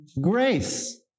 grace